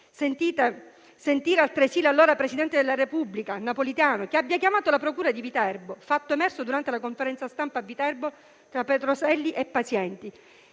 Perché poi l'allora presidente della Repubblica Napolitano chiamò la procura di Viterbo - fatto emerso durante la conferenza stampa a Viterbo di Petroselli e Pazienti,